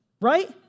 right